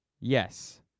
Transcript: Yes